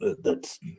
thats